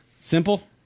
Simple